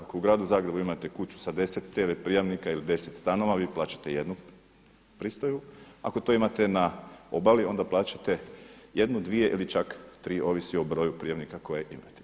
Ako u Gradu Zagrebu imate kuću sa 10 TV prijamnika ili 10 stanova vi plaćate jednu pristojbu, ako to imate na obali onda plaćate 1, 2 ili čak 3 ovisi o broju prijamnika koje imate.